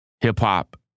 Hip-hop